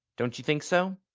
don't you think so?